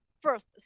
first